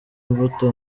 imbuto